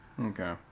Okay